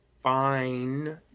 fine